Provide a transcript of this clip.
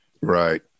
Right